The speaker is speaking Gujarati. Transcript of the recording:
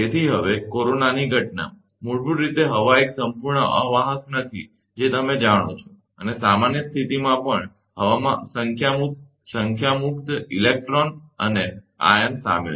તેથી હવે કોરોનાની ઘટના મૂળભૂત રીતે હવા એક સંપૂર્ણ અવાહક નથી જે તમે જાણો છો અને સામાન્ય સ્થિતિમાં પણ હવામાં સંખ્યા મુક્ત ઇલેક્ટ્રોન અને આયનો શામેલ છે